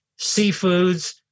seafoods